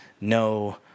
no